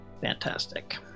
Fantastic